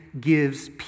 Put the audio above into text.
gives